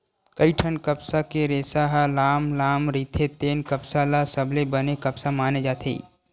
कइठन कपसा के रेसा ह लाम लाम रहिथे तेन कपसा ल सबले बने कपसा माने जाथे